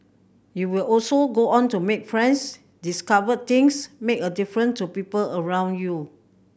you will also go on to make friends discover things make a different to people around you